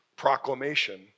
proclamation